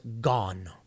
gone